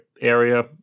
area